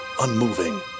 unmoving